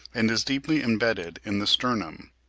and is deeply embedded in the sternum.